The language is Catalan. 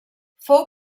fou